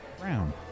Brown